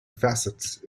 facets